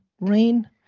rain